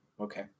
Okay